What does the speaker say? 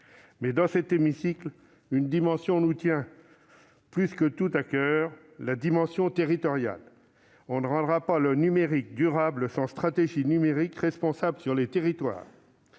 Mais, dans cet hémicycle, une dimension nous tient plus que tout à coeur : la dimension territoriale. On ne rendra pas le numérique durable sans stratégies numériques responsables sur les territoires.